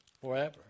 Forever